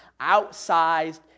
outsized